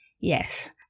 Yes